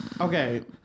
Okay